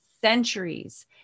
centuries